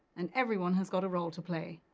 and everyone has got a role to play.